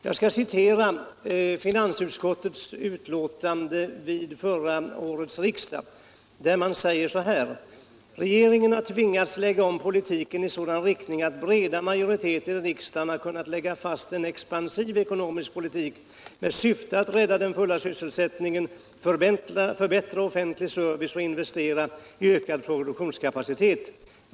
Jag skall citera finansutskottets betänkande vid förra årets riksdag om den ekonomiska politiken, där man säger: ”Regeringen har tvingats lägga om politiken i sådan riktning att breda majoriteter i riksdagen kunnat lägga fast en expansiv ekonomisk politik med syfte att rädda den fulla sysselsättningen, förbättra offentlig service och investera i ökad produktionskapacitet.